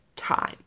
Time